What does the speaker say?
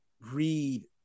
read